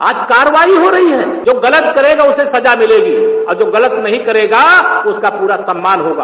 आज कार्रवाई हो रही है जो गलत करेगा उसे सजा मिलेगी और जो गलत नहीं करेगा उसका पूरा सम्मान होगा